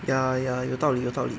ya ya 有道理有道理